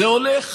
זה הולך